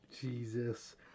jesus